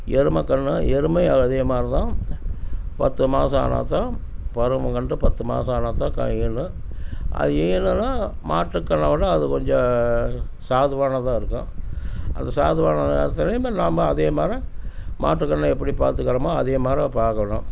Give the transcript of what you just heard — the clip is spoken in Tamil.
எருமைக்கன்னு எருமையும் அதே மாதிரி தான் பத்து மாதம் ஆனாத்தான் பருவம் கண்டு பத்து மாதம் ஆனாத்தான் ஈனும் அது ஈனுனால் மாட்டுக்கன்றை விட அது கொஞ்சம் சாதுவானதாக இருக்கும் அது சாதுவானதாக இருந்தாலுமே நாம் அதே மாரி மாட்டுக்கன்றை எப்படி பார்த்துக்கறமோ அதே மாரி பார்க்கணும்